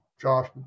Josh